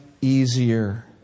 easier